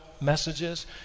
messages